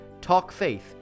TALKFAITH